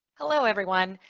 hello, everyone.